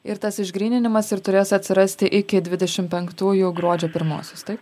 ir tas išgryninimas ir turės atsirasti iki dvidešim penktųjų gruodžio pirmosios tai